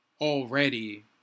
already